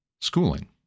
schooling